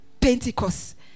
Pentecost